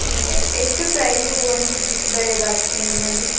ಸರಿ ಆಯ್ತು ಎಷ್ಟು ಪ್ರೈಸು ಒಂದು ಬಿಸಿ ಬೇಳೆ ಭಾತಿಗೆ ನಿಮ್ಮಲ್ಲಿ